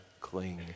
cling